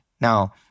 Now